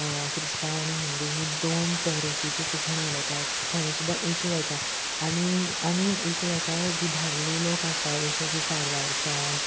क्रिस्तांव आनी हिंदू ही दोन तरेकेची कोंकणी उलयतात थंय सुद्दां इशू जाता आनी आनीक इशू जाता जीं भायलीं लोक आसता जशें की कारवारच्यान